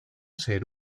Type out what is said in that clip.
ser